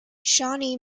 shawnee